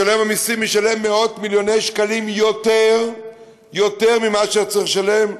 משלם המסים משלם מאות מיליוני שקלים יותר ממה שהיה צריך לשלם,